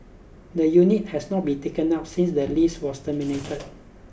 the unit has not been taken up since the lease was terminated